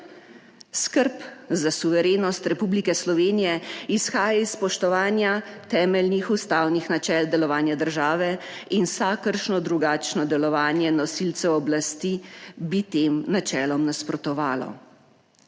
Skrb za suverenost Republike Slovenije izhaja iz spoštovanja temeljnih ustavnih načel delovanja države in vsakršno drugačno delovanje nosilcev oblasti bi tem načelom nasprotovalo.